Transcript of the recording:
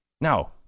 now